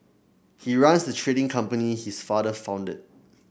he runs the trading company his father founded